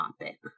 topic